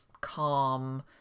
calm